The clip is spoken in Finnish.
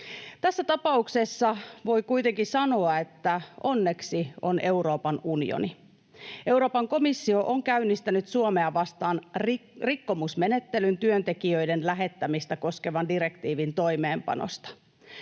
Tässä tapauksessa voi kuitenkin sanoa, että onneksi on Euroopan unioni. Euroopan komissio on käynnistänyt Suomea vastaan rikkomusmenettelyn työntekijöiden lähettämistä koskevan direktiivin toimeenpanosta.